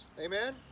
Amen